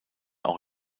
auch